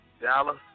Dallas